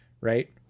right